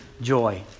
joy